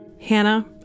Hannah